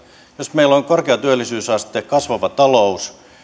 jos meillä on korkea työllisyysaste kasvava talous